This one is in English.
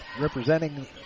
representing